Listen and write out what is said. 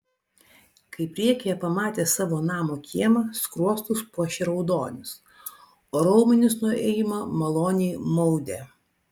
kai priekyje pamatė savo namo kiemą skruostus puošė raudonis o raumenis nuo ėjimo maloniai maudė